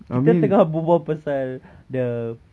kita tengah berbual pasal the